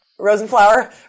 Rosenflower